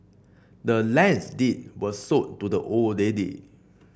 the land's deed was sold to the old lady